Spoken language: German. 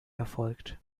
erfolgt